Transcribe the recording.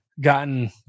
gotten